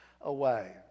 away